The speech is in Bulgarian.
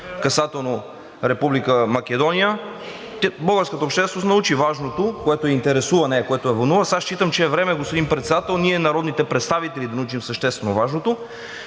касателно Република Македония, българската общественост научи важното, което я интересува нея, което я вълнува. Сега считам, че е време, господин Председател, ние, народните представители, да научим съществено важното,